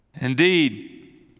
Indeed